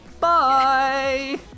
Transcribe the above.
Bye